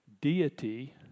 deity